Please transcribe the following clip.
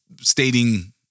stating